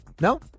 No